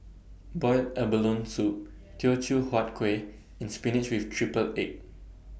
boiled abalone Soup Teochew Huat Kueh and Spinach with Triple Egg